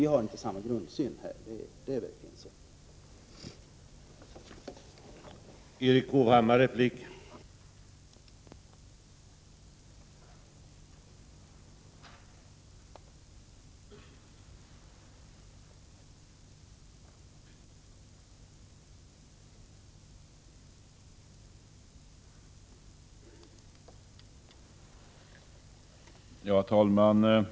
Vi har inte samma grundsyn i det sammanhanget.